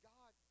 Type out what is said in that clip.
God